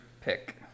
pick